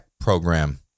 program